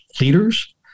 leaders